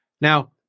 Now